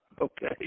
Okay